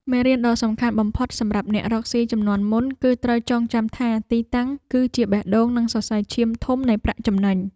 មេរៀនដ៏សំខាន់បំផុតសម្រាប់អ្នករកស៊ីជំនាន់មុន គឺត្រូវចងចាំថាទីតាំងគឺជាបេះដូងនិងសរសៃឈាមធំនៃប្រាក់ចំណេញ។